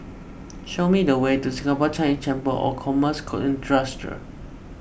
show me the way to Singapore Chinese Chamber of Commerce and Industry